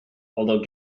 although